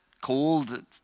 cold